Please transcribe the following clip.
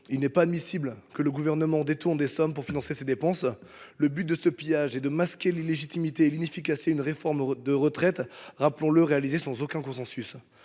Il n’est pas admissible que le Gouvernement détourne ces sommes pour financer ses dépenses. Le but de ce pillage est de masquer l’illégitimité et l’inefficacité d’une réforme des retraites réalisée, rappelons le, sans aucun consensus.